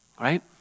right